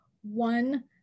one